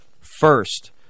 first